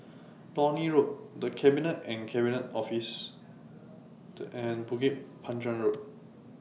Lornie Road The Cabinet and Cabinet Office and Bukit Panjang Road